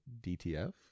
DTF